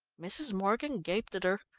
mrs. morgan gaped at her.